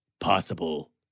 Possible